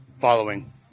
following